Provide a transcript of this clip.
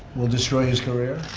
we'll destroy his career